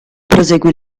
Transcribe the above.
proseguì